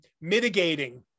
mitigating